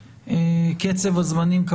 קצב הזמנים תלוי,